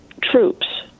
troops